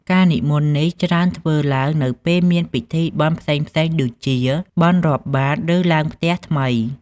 ការនិមន្តនេះ ច្រើនធ្វើឡើងនៅពេលមានពិធីបុណ្យផ្សេងៗដូចជា បុណ្យរាប់បាត្រ ឬឡើងផ្ទះថ្មី។